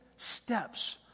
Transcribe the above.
steps